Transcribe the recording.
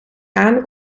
aan